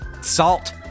Salt